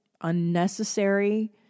unnecessary